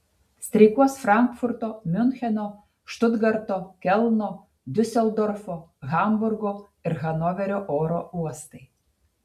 streikuos frankfurto miuncheno štutgarto kelno diuseldorfo hamburgo ir hanoverio oro uostai